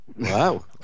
Wow